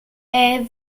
est